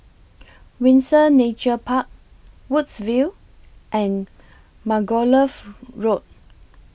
Windsor Nature Park Woodsville and Margoliouth Road